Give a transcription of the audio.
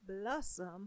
blossom